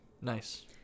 Nice